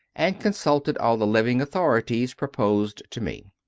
and consulted all the living authorities proposed to me.